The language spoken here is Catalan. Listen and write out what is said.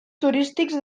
turístics